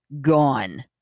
gone